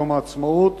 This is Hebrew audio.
יום העצמאות,